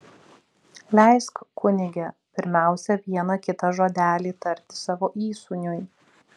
leisk kunige pirmiausia vieną kitą žodelį tarti savo įsūniui